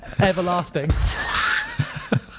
Everlasting